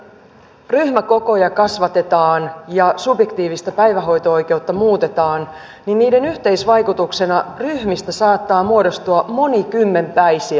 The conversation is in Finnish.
kun ryhmäkokoja kasvatetaan ja subjektiivista päivähoito oikeutta muutetaan niiden yhteisvaikutuksena ryhmistä saattaa muodostua monikymmenpäisiä